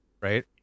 right